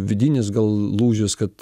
vidinis gal lūžis kad